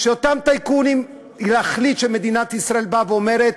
אותם טייקונים, להחליט שמדינת ישראל באה ואומרת: